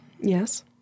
Yes